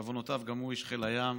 שבעוונותיו גם הוא איש חיל הים,